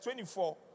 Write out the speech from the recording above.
24